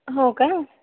हो का